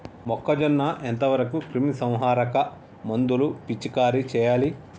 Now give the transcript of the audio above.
మొక్కజొన్న ఎంత వరకు క్రిమిసంహారక మందులు పిచికారీ చేయాలి?